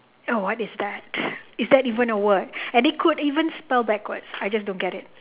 oh what is that is that even a word and they could even spell backwards I just don't get it